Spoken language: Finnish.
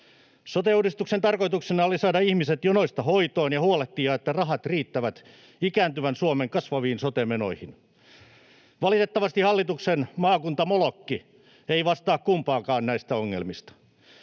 Sote-uudistuksen tarkoituksena oli saada ihmiset jonoista hoitoon ja huolehtia, että rahat riittävät ikääntyvän Suomen kasvaviin sote-menoihin. Valitettavasti hallituksen maakuntamolokki ei vastaa kumpaankaan näistä ongelmista.